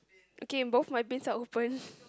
okay both my bins are open